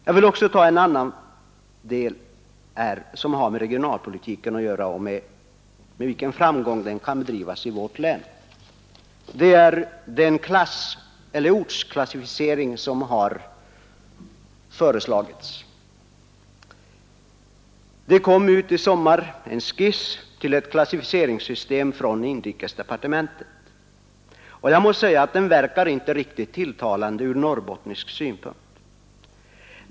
Jag vill också ta upp en annan fråga som har att göra med regionalpolitiken och med vilken framgång den kan bedrivas i vårt län. Jag avser ortsklassificeringen. I somras presenterades från inrikesdepartementet en skiss till ett klassificeringssystem, och jag måste säga att den inte verkar riktigt tilltalande ur norrbottnisk synpunkt.